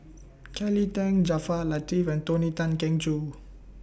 Kelly Tang Jaafar Latiff and Tony Tan Keng Joo